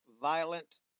violent